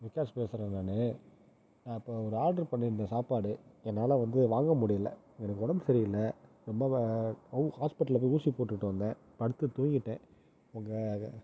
விகாஸ் பேசுறேன் நான் இப்போது ஒரு ஆர்டர் பண்ணிருந்தேன் சாப்பாடு என்னால் வந்து வாங்க முடியலை எனக்கு உடம்பு சரி இல்லை ரொம்ப ஹாஸ்பிடலில் போய் ஊசி போட்டுட்டு வந்தேன் படுத்து தூங்கிட்டேன் உங்கள்